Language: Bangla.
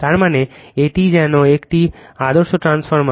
তার মানে এটি যেন একটি আদর্শ ট্রান্সফরমার